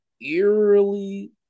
eerily